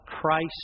Christ